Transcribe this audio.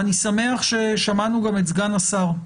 ואני שמח ששמענו גם את סגן השר,